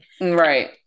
right